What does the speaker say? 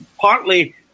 partly